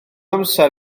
amser